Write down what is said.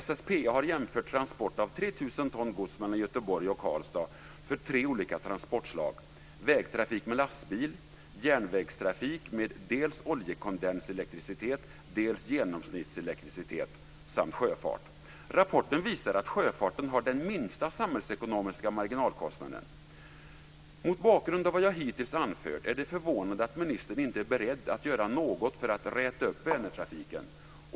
SSPA har jämfört transport av 3 000 ton gods mellan Göteborg och Karlstad för tre olika transportslag: vägtrafik med lastbil, järnvägstrafik med dels oljekondenselektricitet, dels genomsnittselektricitet samt sjöfart. Rapporten visar att sjöfarten har den minsta samhällsekonomiska marginalkostnaden. Mot bakgrund av vad jag hittills anfört är det förvånande att ministern inte är beredd att göra något för att räta upp Vänertrafiken.